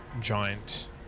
giant